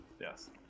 Yes